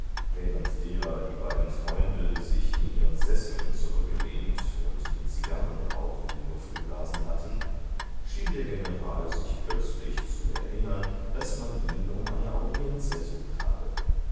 während derer die beiden freunde sich in ihren sesseln zurückgelehnt und den zigarrenrauch in die luft geblasen hatten schien der general sich plötzlich zu erinnern daß man ihn um eine audienz ersucht habe